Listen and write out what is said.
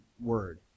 word